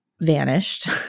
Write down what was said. vanished